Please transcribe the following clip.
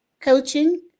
coaching